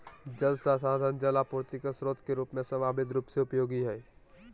जल संसाधन जल आपूर्ति के स्रोत के रूप में संभावित रूप से उपयोगी हइ